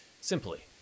Simply